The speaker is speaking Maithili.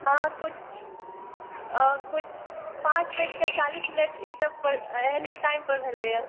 आर किछु किछु पाॅंच बाजि कऽ चालीस मिनट किछु एहने टाइम पर भेलै यऽ